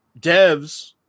devs